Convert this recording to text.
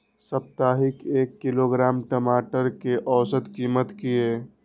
साप्ताहिक एक किलोग्राम टमाटर कै औसत कीमत किए?